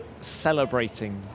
celebrating